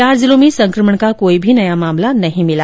चार जिलों में संक्रमण का कोई भी नया मामला सामने नहीं आया